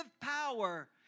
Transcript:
power